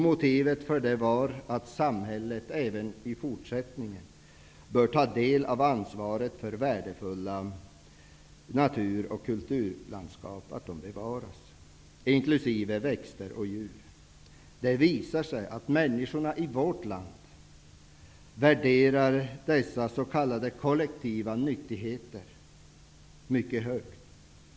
Motivet härför var att samhället även i fortsättningen bör ta del av ansvaret för att värdefulla natur och kulturlandskap bevaras, inklusive växter och djur. Det visar sig att människorna i vårt land värderar dessa s.k. kollektiva nyttigheter mycket högt.